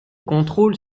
contrôles